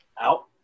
out